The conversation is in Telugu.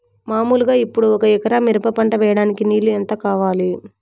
మామూలుగా ఇప్పుడు ఒక ఎకరా మిరప పంట వేయడానికి నీళ్లు ఎంత కావాలి?